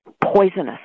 poisonous